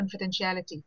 confidentiality